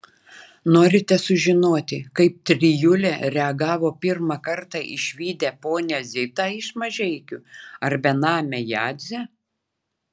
norite sužinoti kaip trijulė reagavo pirmą kartą išvydę ponią zitą iš mažeikių ar benamę jadzę